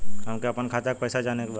हमके आपन खाता के पैसा जाने के बा